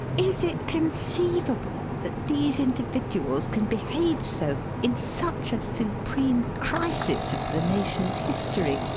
is it conceivable that these individuals can be have so in such a supreme crisis of the nation's history,